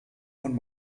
von